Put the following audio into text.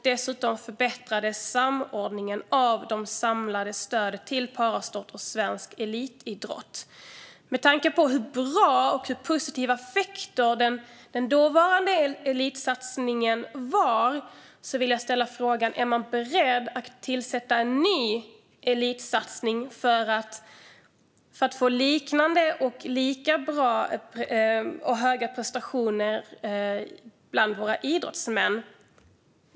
Dessutom förbättrades samordningen av det samlade stödet till parasport och svensk elitidrott. Med tanke på hur bra den dåvarande elitsatsningen var och hur positiva effekter den hade vill jag fråga: Är man beredd att göra en ny elitsatsning för att få lika bra och höga prestationer bland våra idrottsmän?